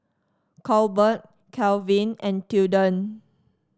Colbert Calvin and Tilden